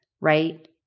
Right